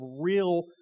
real